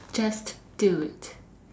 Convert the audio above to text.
just do it